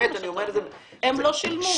הם לא שילמו.